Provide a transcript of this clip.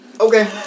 Okay